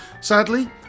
sadly